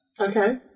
Okay